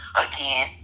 again